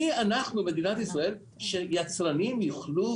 מי אנחנו מדינת ישראל שיצרנים יוכלו